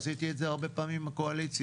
עשיתי את זה הרבה פעמים עם הקואליציה,